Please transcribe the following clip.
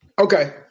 Okay